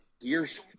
years